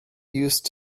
used